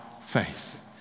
faith